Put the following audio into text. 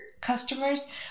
customers